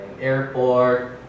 airport